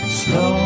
slow